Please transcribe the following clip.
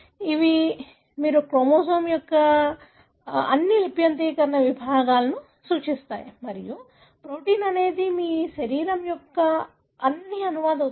ఇవి మీ క్రోమోజోమ్ యొక్క అన్ని లిప్యంతరీకరణ విభాగాలను సూచిస్తాయి మరియు ప్రోటీమ్ అనేది మీ శరీరం యొక్క అన్ని అనువాద ఉత్పత్తి